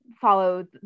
follow